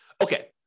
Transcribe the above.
Okay